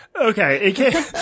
Okay